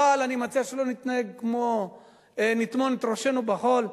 אבל אני מציע שלא נטמון את ראשנו בחול.